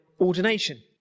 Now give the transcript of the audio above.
ordination